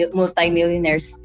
multi-millionaires